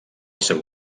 seu